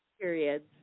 periods